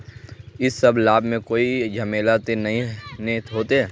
इ सब लाभ में कोई झमेला ते नय ने होते?